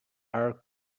are